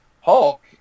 Hulk